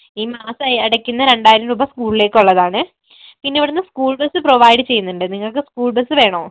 ഈ മാസം അടയ്ക്കുന്ന രണ്ടായിരം രൂപ സ്കൂളിലേക്കുള്ളതാണ് പിന്നെ ഇവിടെ നിന്ന് സ്കൂൾ ബസ്സ് പ്രൊവൈഡ് ചെയ്യുന്നുണ്ട് നിങ്ങൾക്ക് സ്കൂൾ ബസ്സ് വേണോ